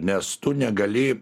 nes tu negali